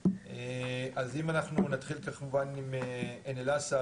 אז אם אנחנו נתחיל ככה עם עין אל-אסד,